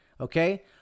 okay